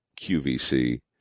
QVC